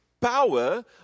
power